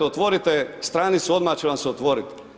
Otvorite stranicu odmah će vam se otvoriti.